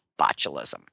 botulism